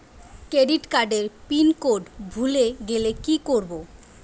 Credit কার্ডের pin code ভুলে গেলে কি করব?